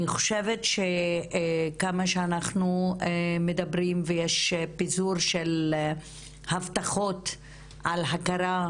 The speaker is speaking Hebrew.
אני חושבת שכמה שאנחנו מדברים על הנושא כך יש פיזור של הבטחות על הכרה,